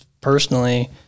personally